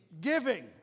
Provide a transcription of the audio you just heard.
giving